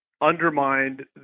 undermined